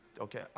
okay